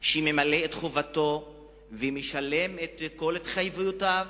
שממלא את חובתו ומשלם את כל התחייבויותיו